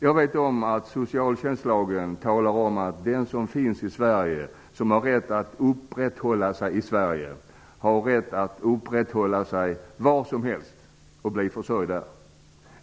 Jag vet att det står i socialtjänstlagen att den som har rätt att uppehålla sig i Sverige har rätt att uppehålla sig var som helst i landet och bli försörjd där.